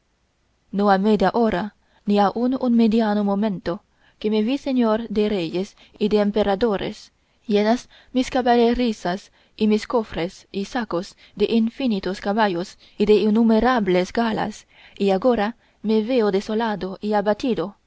no ha media hora ni aun un mediano momento que me vi señor de reyes y de emperadores llenas mis caballerizas y mis cofres y sacos de infinitos caballos y de innumerables galas y agora me veo desolado y abatido